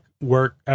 work